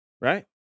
Right